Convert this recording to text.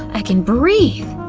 i can breathe!